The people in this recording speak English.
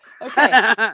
Okay